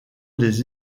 les